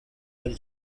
ari